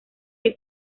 que